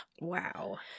Wow